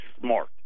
smart